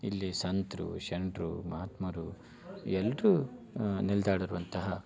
ಇಲ್ಲಿ ಸಂತರು ಶೆಟ್ರು ಮಹಾತ್ಮರು ಎಲ್ಲರೂ ನಲಿದಾಡಿರುವಂತಹ